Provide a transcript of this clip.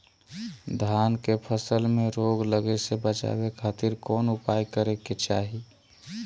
धान के फसल में रोग लगे से बचावे खातिर कौन उपाय करे के चाही?